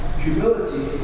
humility